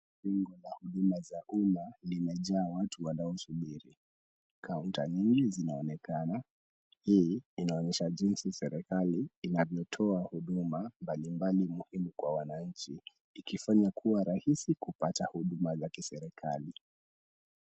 Jengo la huduma za umma limejaa watu wanaosubiri. Kaunta nyingi zinaonekana. Hii inaonyesha jinsi serikali inavyotoa huduma mbalimbali muhimu kwa wananchi ikifanya kuwa rahisi kupata huduma za serikali.